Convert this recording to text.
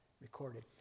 recorded